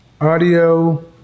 Audio